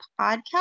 podcast